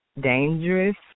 Dangerous